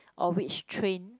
or which train